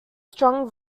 strong